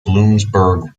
bloomsburg